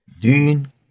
Dean